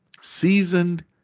seasoned